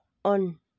on